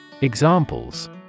Examples